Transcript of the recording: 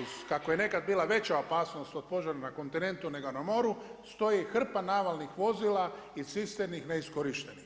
uz kako je nekada bila veća opasnost od požara n a kontinentu nego na moru, stoji hrpa navalnih vozila i cisterni neiskorištenih.